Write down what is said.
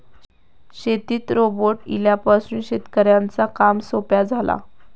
शेतीत रोबोट इल्यामुळे शेतकऱ्यांचा काम सोप्या झाला